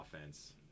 offense